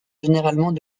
généralement